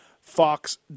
Fox